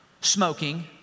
smoking